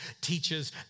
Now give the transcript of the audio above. teaches